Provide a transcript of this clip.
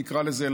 נקרא לזה,